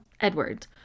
Edward